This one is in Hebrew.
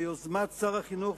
ביוזמת שר החינוך,